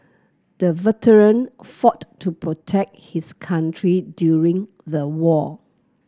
the veteran fought to protect his country during the war